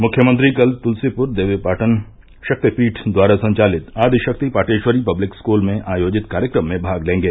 मुख्यमंत्री कल तुलसीपुर देवीपाटन शक्तिपीठ द्वारा संचालित आदिशक्ति पाटेश्वरी पब्लिक स्कूल में आयोजित कार्यक्रम में भाग लेंगे